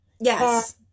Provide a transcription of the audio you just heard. yes